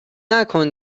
نکن